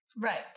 right